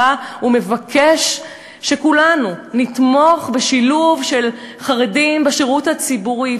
בא ומבקש שכולנו נתמוך בשילוב של חרדים בשירות הציבורי.